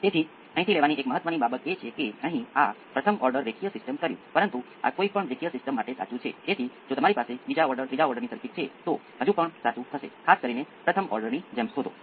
તેથી આ એવા રિસ્પોન્સ છે જ્યારે આપણી પાસે રીઅલ સંયોગિત અવયવ હોય અને જ્યારે આપણી પાસે સેકન્ડ ઓર્ડર સિસ્ટમના લાક્ષણિક સમીકરણ માટે જટિલ જોડાણના અવયવ હોય